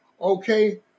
okay